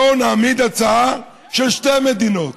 בואו נעמיד הצעה של שתי מדינות.